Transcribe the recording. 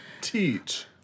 Teach